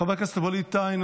חבר הכנסת ווליד טאהא,